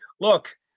Look